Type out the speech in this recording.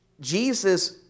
Jesus